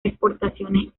exportaciones